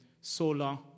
solar